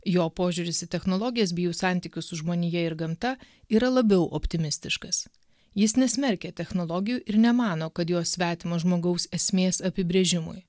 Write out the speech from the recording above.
jo požiūris į technologijas bei jų santykius su žmonija ir gamta yra labiau optimistiškas jis nesmerkia technologijų ir nemano kad jos svetimos žmogaus esmės apibrėžimui